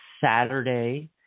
Saturday